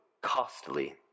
costly